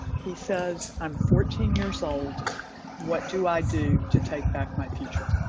he says i'm fourteen years old what do i do to take back my future?